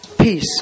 Peace